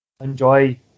enjoy